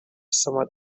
somewhat